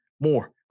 more